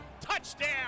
Touchdown